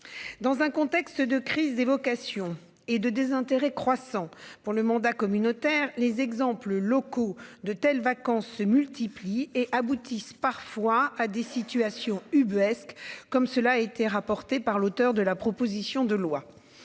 Dans un contexte de crise des vocations et de désintérêt croissant pour le mandat communautaire les exemples locaux de telles vacances se multiplient et aboutissent parfois à des situations ubuesques comme cela a été rapporté par l'auteur de la proposition de loi.